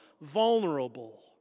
vulnerable